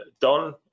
Don